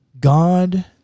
God